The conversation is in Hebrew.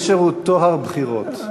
הנושא הוא טוהר הבחירות.